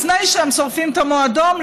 לפני שהם שורפים את המועדון,